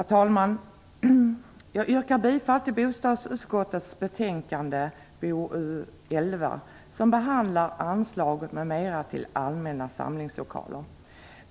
Herr talman! Jag yrkar bifall till hemställan i bostadsutskottets betänkande BoU11 som behandlar anslag m.m. till allmänna samlingslokaler.